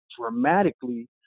dramatically